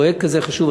פרויקט כזה חשוב,